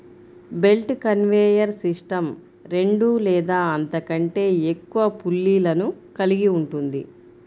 belt conveyor system రెండు లేదా అంతకంటే ఎక్కువ పుల్లీలను కలిగి ఉంటుంది